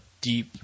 deep